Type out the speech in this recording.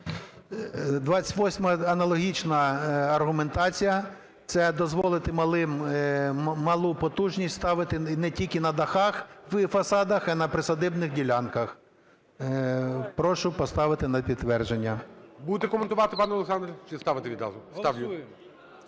28-а, аналогічна аргументація – це дозволити малу потужність ставити не тільки на дахах, в фасадах і на присадибних ділянках. Прошу поставити на підтвердження. ГОЛОВУЮЧИЙ. Будете коментувати, пане Олександре чи ставити відразу? Ставлю.